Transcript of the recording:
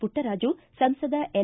ಪುಟ್ಟರಾಜು ಸಂಸದ ಎಲ್